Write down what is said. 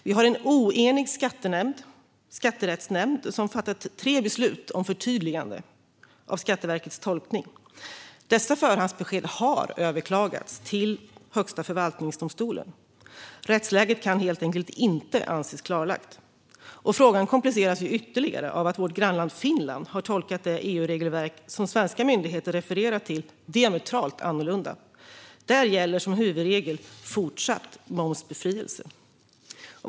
Vi har en oenig skatterättsnämnd som har fattat tre beslut om förtydligande av Skatteverkets tolkning. Dessa förhandsbesked har överklagats till Högsta förvaltningsdomstolen. Rättsläget kan helt enkelt inte anses klarlagt. Frågan kompliceras ytterligare av att vårt grannland Finland har tolkat det EU-regelverk som svenska myndigheter refererar till diametralt annorlunda. Där gäller som huvudregel fortsatt momsbefrielse.